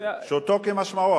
פשוטו כמשמעו.